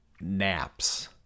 naps